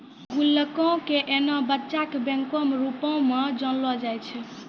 गुल्लको के एना बच्चा के बैंको के रुपो मे जानलो जाय छै